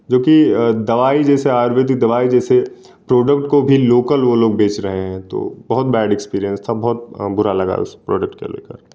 जो की दवाई जैसे आयुर्वेदिक दवाई जैसे प्रोडक्ट को भी लोकल वो लोग बेच रहे है तो बहुत बैड एक्स्पीरिएन्स था बहुत बुरा लगा उस प्रोडक्ट को लेकर